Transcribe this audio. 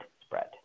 spread